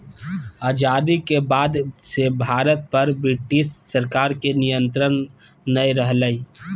आजादी के बाद से भारत पर ब्रिटिश सरकार के नियत्रंण नय रहलय